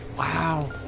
Wow